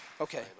Okay